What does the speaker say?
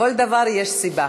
לכל דבר יש סיבה,